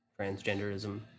transgenderism